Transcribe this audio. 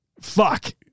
Fuck